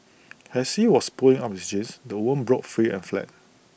as he was pulling up his jeans the woman broke free and fled